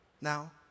now